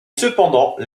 cependant